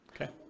Okay